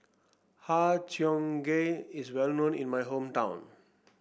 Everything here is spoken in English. Har Cheong Gai is well known in my hometown